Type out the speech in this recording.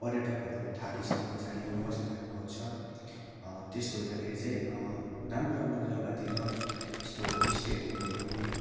पर्यटकहरू थाकिसके पछाडि अब बस्ने ठाउँ खोज्छ त्यस्तो हुँदाखेरि चाहिँ राम्रो राम्रो जगातिर यस्तो होम स्टेहरू खोलियो भने